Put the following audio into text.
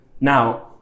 now